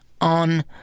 on